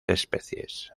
especies